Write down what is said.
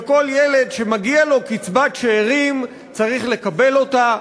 וכל ילד שמגיעה לו קצבת שאירים צריך לקבל אותה.